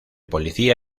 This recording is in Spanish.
policía